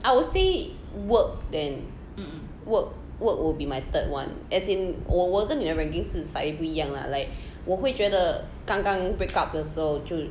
I would say work then work work will be my third [one] as in 我我跟你的 ranking 是 slightly 不一样 lah like 我会觉得刚刚 break up 的时候就